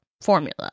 formula